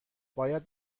باید